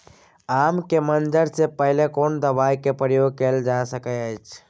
आम के मंजर से पहिले कोनो दवाई के प्रयोग कैल जा सकय अछि?